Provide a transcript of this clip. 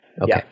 Okay